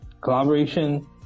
collaboration